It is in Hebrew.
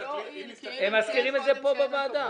הוא לא הועיל כי אילן הזכיר קודם שאין הנפקות.